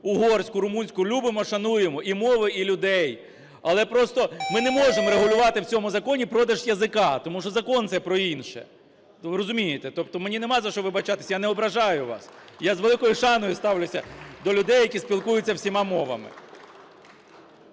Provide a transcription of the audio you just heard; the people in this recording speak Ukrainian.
угорську, румунську – любимо, шануємо і мови, і людей. Але просто ми не можемо регулювати в цьому законі продаж "язика", тому що закон цей про інше, ви розумієте. Тобто мені немає, за що вибачатись, я не ображаю вас. Я з великою шаною ставлюся до людей, які спілкуються всіма мовами.